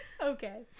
Okay